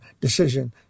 decision